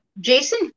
Jason